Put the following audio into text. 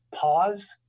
pause